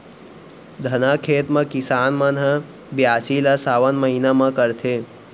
धनहा खेत म किसान मन ह बियासी ल सावन महिना म करथे